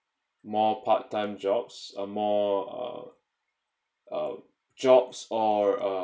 more part time jobs uh more uh uh jobs or a